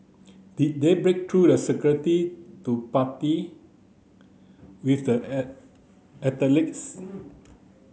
did they break through the security to party with the athletes